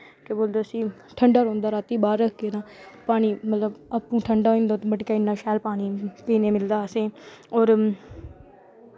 केह् करदे उस्सी ठंडा रौंह्दा पानी मतलब ठंडा होई जंदा मटकै च इन्ना शैल पानी पीने गी मिलदा असें होर